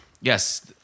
Yes